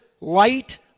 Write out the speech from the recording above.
light